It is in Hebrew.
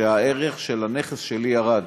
שהערך של הנכס שלי ירד.